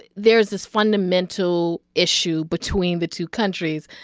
there's this fundamental issue between the two countries.